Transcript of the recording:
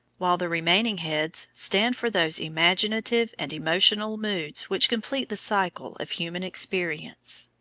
while the remaining heads stand for those imaginative and emotional moods which complete the cycle of human experience.